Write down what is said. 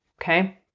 okay